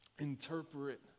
Interpret